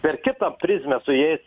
per kitą prizmę su jais